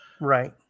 Right